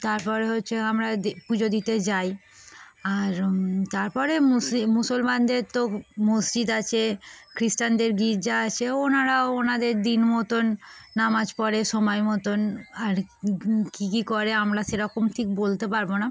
তার পরে হচ্ছে আমরা পুজো দিতে যাই আর তার পরে মুসি মুসলমানদের তো মসজিদ আছে খ্রিস্টানদের গির্জা আছে ওনারাও ওনাদের দিন মতন নামাজ পড়ে সময় মতন আর কী কী করে আমরা সেরকম ঠিক বলতে পারব না